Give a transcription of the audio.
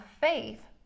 faith